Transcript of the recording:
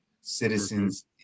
citizens